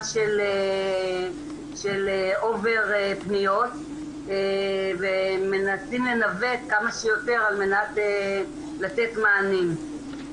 של אובר פניות והם מנסים לנווט כמה שיותר על מנת לתת מענים.